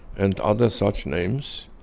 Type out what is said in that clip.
and other such names.